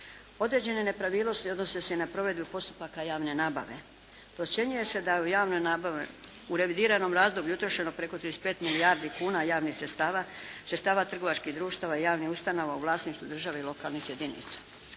Određene nepravilnosti odnose se i na provedbu postupaka javne nabave. Procjenjuje se da je u javnoj nabavi u revidiranom razdoblju utrošeno preko 35 milijardi kuna javnih sredstava, sredstava trgovačkih društava i javnih ustanova u vlasništvu države i lokalnih jedinica.